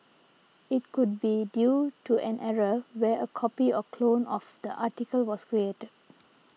it could be due to an error where a copy or clone of the article was created